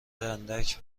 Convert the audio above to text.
اندک